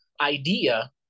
idea